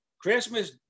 Christmas